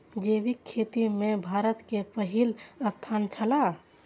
जैविक खेती में भारत के पहिल स्थान छला